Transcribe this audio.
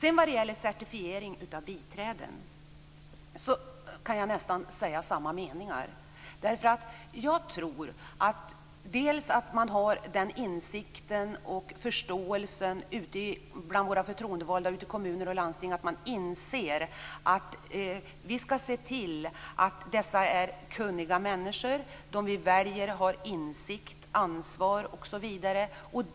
Vad sedan gäller certifiering av biträden kan jag nästan säga samma meningar. Jag tror nämligen att de förtroendevalda ute i kommuner och landsting inser att de skall se till att biträdena är kunniga människor. De som väljs skall ha insikt, ansvar osv.